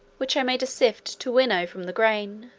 which i made a shift to winnow from the grain.